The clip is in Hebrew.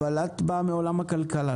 אבל את באה מעולם הכלכלה,